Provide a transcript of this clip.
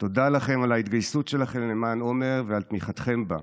תודה לכם על ההתגייסות שלכם למען עומר ועל תמיכתכם בה.